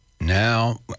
Now